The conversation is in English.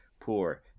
poor